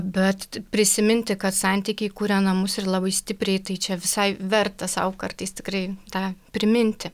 bet prisiminti kad santykiai kuria namus ir labai stipriai tai čia visai verta sau kartais tikrai tą priminti